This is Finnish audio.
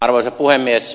arvoisa puhemies